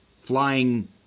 flying